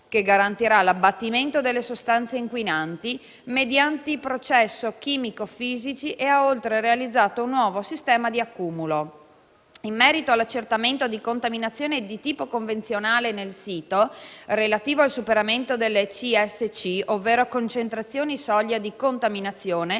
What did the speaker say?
che garantirà l'abbattimento delle sostanze inquinanti mediante processi chimico-fisici e ha inoltre realizzato un nuovo sistema di accumulo. In merito all'accertamento di contaminazione di tipo convenzionale nel sito relativo al superamento delle concentrazioni soglia di contaminazione